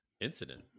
incident